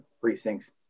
precincts